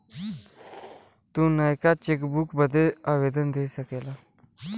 तू नयका चेकबुक बदे आवेदन दे सकेला